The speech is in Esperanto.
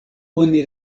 oni